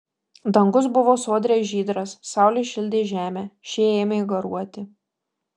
dangus buvo sodriai žydras saulė šildė žemę ši ėmė garuoti